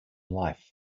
life